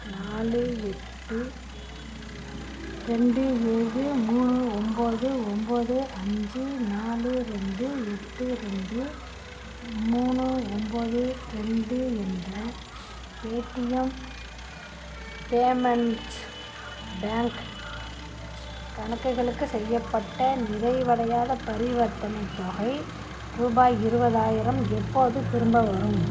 நாலு எட்டு ரெண்டு ஏழு மூணு ஒன்போது ஒன்போது அஞ்சு நாலு ரெண்டு எட்டு ரெண்டு மூணு ஒன்போது ரெண்டு என்ற பேடிஎம் பேமெண்ட்ஸ் பேங்க் கணக்குகளுக்கு செய்யப்பட்ட நிறைவடையாத பரிவர்த்தனைத் தொகை ரூபாய் இருபதாயிரம் எப்போது திரும்பவரும்